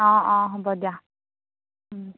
অঁ অঁ হ'ব দিয়া